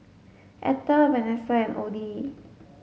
Ethel Vanessa and Odie